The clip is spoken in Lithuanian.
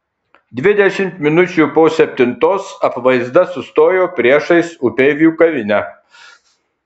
dvidešimt minučių po septintos apvaizda sustojo priešais upeivių kavinę